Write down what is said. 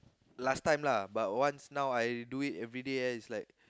last time lah but once now I do it every day ah it's like